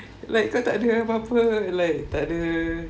like kau tak ada apa apa like tak ada